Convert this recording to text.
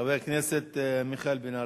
חבר הכנסת מיכאל בן-ארי.